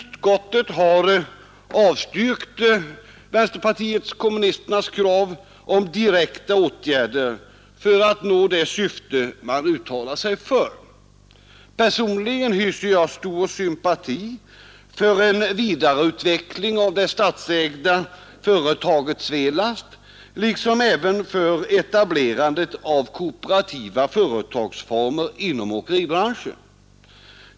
Utskottet har avstyrkt vänsterpartiet kommunisternas krav på direkta åtgärder för att nå det syfte man uttalar sig för. Personligen hyser jag stor sympati för en vidareutveckling av det statsägda företaget Svelast liksom även för etablerande av kooperativa företagsformer inom åkeribranschen.